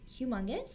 humongous